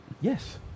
Yes